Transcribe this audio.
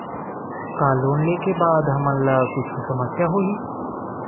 का लोन ले के बाद हमन ला कुछु समस्या होही?